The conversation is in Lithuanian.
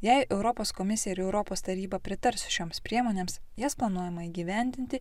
jei europos komisija ir europos taryba pritars šioms priemonėms jas planuojama įgyvendinti